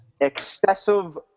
excessive